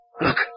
Look